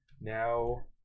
Now